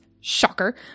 Shocker